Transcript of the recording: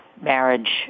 marriage